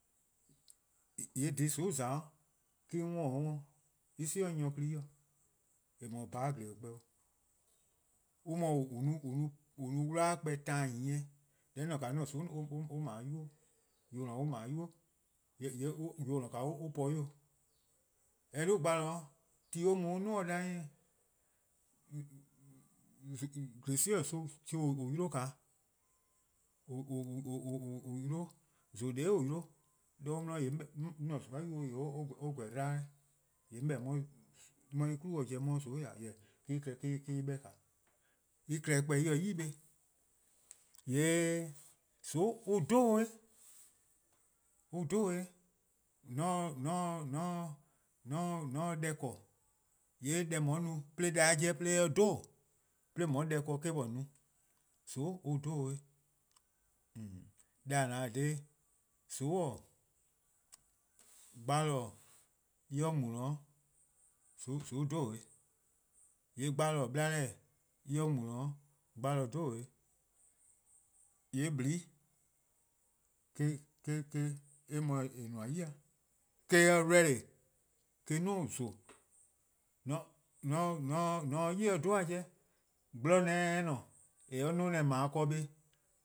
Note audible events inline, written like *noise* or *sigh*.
*hesitation* :yee' dhih :soon :za-' me-: 'on 'worn-dih, en 'si 'de 'an nyor kli-dih, :eh :mor bhan :gleh-dih 'kpor+ 'o. On :mor *hesitation* :an no-a 'wluh-a klpor+ taan nyieh, :yeh :on :ne-a :naa 'an-a' :soon' 'ble 'nynuu: 'o. :yuh :on :ne-a 'o on 'ble 'nynuu:, :yuh :on :ne-a an po ghen+ 'o. :mor eh 'dhu 'gbalor ti or mu 'duo: en 'nyne :eh, *hesitation* :glese'bose :chuh :an yi-an :naa, *hesitation* an yi-a 'de, zon :dele' :an 'yi-a 'de 'de on 'di :yee' *hesitation* 'an :soon'+ :nyne :yee' *hesitation* en :gweh 'dba-a 'weh. :yee' 'on 'beh-dih? *hesitation* 'On 'ye 'de en klu-' dih pobo ;on 'ye 'de :soon' ya 'weh, jorwor en klehkpeh :kaa en 'beh :naa. En klehkpeh en se 'i 'beh. :yee' :soon'-a 'dhobo-'. An dhobo-'. *hesitation* *hesitation* :mor :on se deh 'ble :yee' deh :on 'ye-a no 'de deh-a 'jeh eh 'ye-a 'dhobo: 'de :on 'ye-a deh :korn :eh-: :on 'ye no. :soon' an dhodo. deh :a ne-a :dha :daa. Deh :a ne-a:dha :daa :soon-: gbalor-: :mor en mu-dih 'de ::soon'-a 'dhobo bo. :yee' 'gbalor-: 'dekorn 'blae' :mor en mu-dih 'de 'gbalor-a 'dhobo. :yee' blii *hesitation* :eh nmor-a 'yi-dih eh-: :mor eh ready eh-: 'duo: zon-'. *hesitation* :mor :on se 'o 'yli-eh 'dhu-a 'jeh, :mor :gblor ne se 'o :ne :en 'ye-a 'no neh :dao' ken kpa,